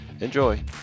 Enjoy